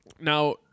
Now